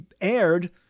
aired